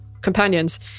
companions